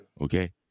Okay